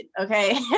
Okay